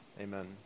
Amen